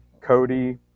Cody